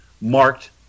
marked